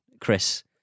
Chris